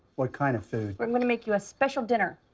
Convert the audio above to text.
what kind of food? well, i'm gonna make you a special dinner.